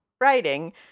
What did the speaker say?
writing